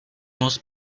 most